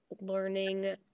learning